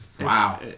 Wow